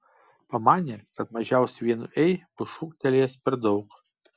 pamanė kad mažiausiai vienu ei bus šūktelėjęs per daug